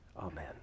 Amen